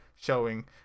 showing